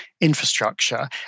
infrastructure